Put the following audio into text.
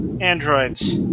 androids